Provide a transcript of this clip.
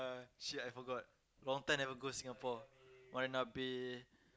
uh shit I forgot long time I never go Singapore Marina-Bay